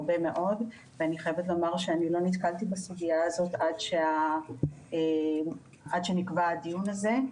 אני חייבת לומר שאני לא נתקלתי בסוגייה הזאת עד שנקבע הדיון הזה.